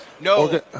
No